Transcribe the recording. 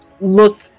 look